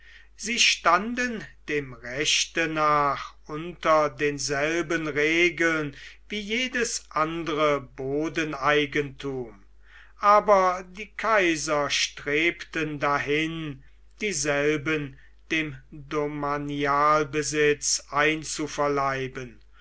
sie standen dem rechte nach unter denselben regeln wie jedes andre bodeneigentum aber die kaiser strebten dahin dieselben dem domanialbesitz einzuverleiben